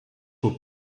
aux